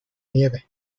nieve